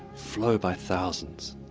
flow by thousands.